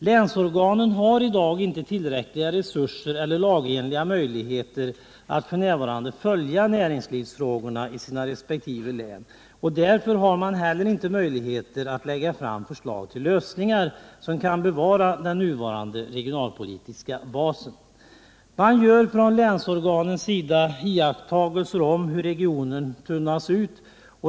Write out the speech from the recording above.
Länsorganen har i dag inte tillräckliga resurser eller lagenliga möjligheter att följa näringslivsfrågorna i sina resp. län, och därför har man heller inte möjligheter att lägga fram förslag till lösningar som kan bevara den nuvarande regionalpolitiska basen. Man gör från länsorganens sida iakttagelser om hur regionerna tunnas ut.